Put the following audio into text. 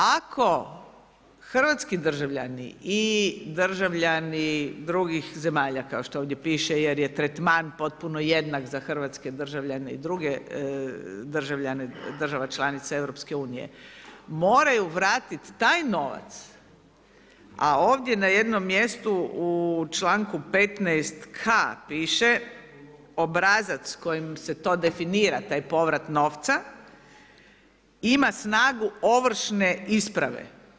Ako hrvatski državljani i državljani drugih zemalja kao što ovdje piše jer je tretman potpuno jednak za hrvatske državljane i druge državljane država članica EU moraju vratiti taj novac a ovdje na jednom mjestu u članku 15.k piše obrazac kojim se to definira, taj povrat novca ima snagu ovršne isprave.